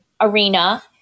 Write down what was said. arena